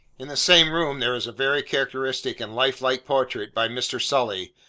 in the same room, there is a very characteristic and life-like portrait by mr. sully,